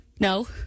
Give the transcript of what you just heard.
No